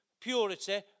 purity